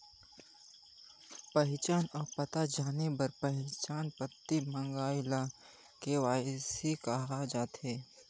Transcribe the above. पहिचान अउ पता जाने बर पहिचान पाती मंगई ल के.वाई.सी कहल जाथे